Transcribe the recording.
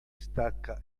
stacca